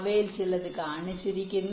അവയിൽ ചിലത് കാണിച്ചിരിക്കുന്നു